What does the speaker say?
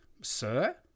sir